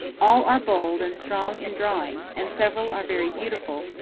all are bold and strong in drawing, and several are very beautiful,